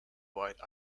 white